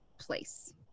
place